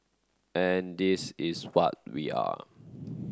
and this is what we are